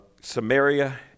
Samaria